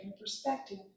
perspective